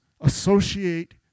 associate